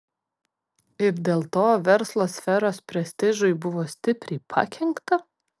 ir dėl to verslo sferos prestižui buvo stipriai pakenkta